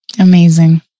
Amazing